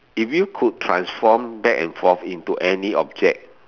if you could transform back and forth into any object